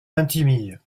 vintimille